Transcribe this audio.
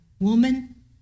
woman